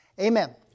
amen